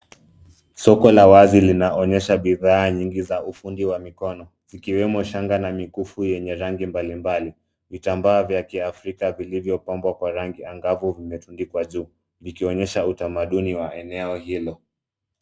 Soko la wazi linaonyesha bidhaa nyingi za ufundi wa mikono. Zikiwemo shanga na mikufu yenye rangi mbalimbali. Vitambaa vya kiafrika vilivyopambwa kwa rangi angavu vimetundikwa juu, vikionyesha utamaduni wa eneo hilo.